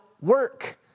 work